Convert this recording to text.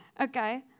Okay